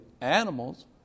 animals